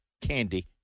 candy